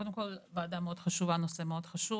קודם כול זו ועדה מאוד חשובה, נושא מאוד חשוב.